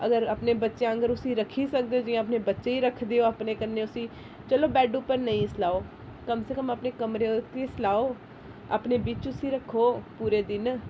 अगर अपने बच्चें आंह्गर उसी रक्खी सकदे ओ जियां अपने बच्चें गी रखदे ओ अपने कन्नै उसी चलो बैड उप्पर नेईं सलाओ कम से कम अपने कमरे च सलाओ अपने बिच्च उसी रक्खो पूरे दिन